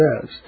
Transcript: says